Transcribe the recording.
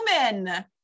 human